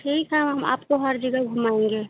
ठीक है हम आपको हर जगह घुमाएंगे